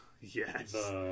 Yes